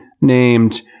named